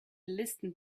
listened